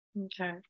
Okay